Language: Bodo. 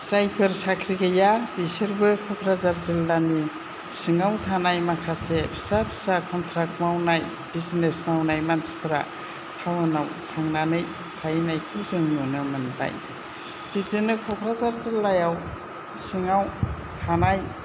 जायफोर साख्रि गैया बिसोरबो क'क्राझार जिल्लानि सिङाव थानाय माखासे फिसा फिसा कन्ट्राक मावनाय बिजनेस मावनाय मानसिफोरा टाउनाव थांनानै थाहैनायखौ जों नुनो मोनबाय बिदिनो क'क्राझार जिल्लायाव सिङाव थानाय